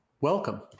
welcome